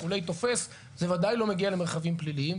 תופס אבל זה בוודאי לא מגיע למרחבים פליליים.